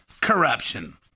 corruption